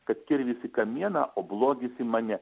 kad kirvis į kamieną o blogis į mane